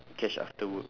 cash after work